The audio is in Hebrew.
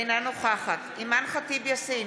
אינה נוכחת אימאן ח'טיב יאסין,